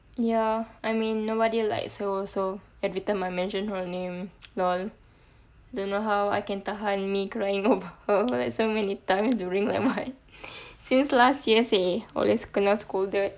ya I mean nobody likes her so also every time I mention her name lol don't know how I can tahan me crying over her for like so many times during like what since last year seh always kena scolded